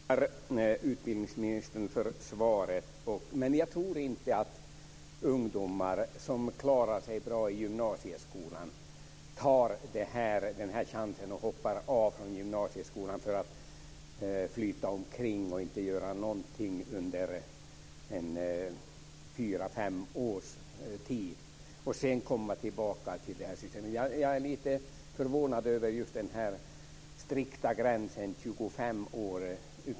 Fru talman! Jag tackar utbildningsministern för svaret. Jag tror inte att ungdomar som klarar sig bra i gymnasieskolan tar chansen att hoppa av gymnasieskolan för att flyta omkring och inte göra någonting under fyra fem års tid, för att sedan komma tillbaka. Jag är lite förvånad över den strikta gränsen 25 år.